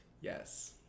Yes